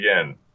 again –